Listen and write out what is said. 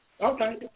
okay